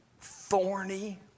thorny